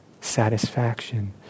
satisfaction